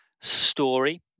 story